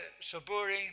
saburi